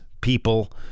people